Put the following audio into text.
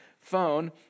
phone